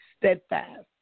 steadfast